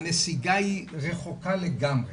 הנסיגה היא רחוקה לגמרי.